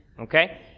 Okay